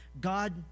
God